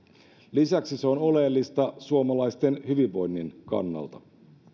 lisäksi se on oleellista suomalaisten hyvinvoinnin kannalta